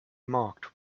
marked